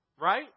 right